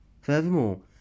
Furthermore